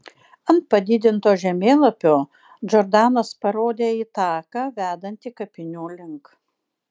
ant padidinto žemėlapio džordanas parodė į taką vedantį kapinių link